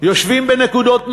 יושבים בנקודות מפתח,